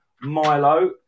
Milo